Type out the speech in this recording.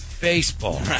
Baseball